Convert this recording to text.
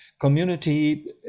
community